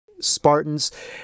Spartans